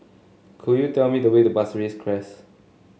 could you tell me the way to Pasir Ris Crest